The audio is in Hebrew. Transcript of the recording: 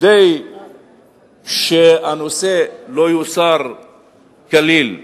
וכדי שהנושא לא יוסר כליל,